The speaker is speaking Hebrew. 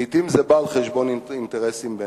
לעתים זה בא על חשבון אינטרסים בין-לאומיים,